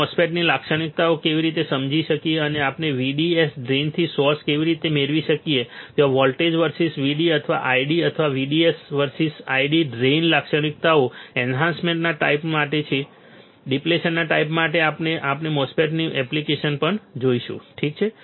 આપણે MOSFET ની લાક્ષણિકતાઓને કેવી રીતે સમજી શકીએ અને આપણે VDS ડ્રેઇનથી સોર્સ કેવી રીતે મેળવી શકીએ છીએ ત્યાં વોલ્ટેજ વર્સીસ VD અથવા ID અથવા VDS વર્સીસ ID ડ્રેઇન લાક્ષણિકતાઓ એન્હાન્સમેન્ટના ટાઈપ માટે ડીપ્લેશનના ટાઈપ માટે અને આપણે MOSFET ની એપ્લિકેશન પણ જોઈશું ઠીક છે